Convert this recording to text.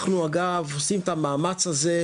אנחנו אגב עושים את המאמץ הזה,